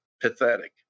pathetic